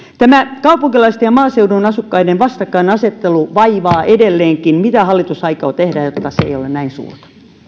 tämä kaupunkilaisten ja maaseudun asukkaiden vastakkainasettelu vaivaa edelleenkin mitä hallitus aikoo tehdä jotta se ei ole näin suurta